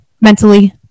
mentally